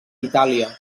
itàlia